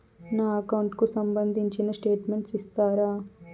నా అకౌంట్ కు సంబంధించిన స్టేట్మెంట్స్ ఇస్తారా